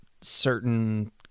certain